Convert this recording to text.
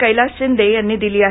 कैलास शिंदे यांनी दिली आहे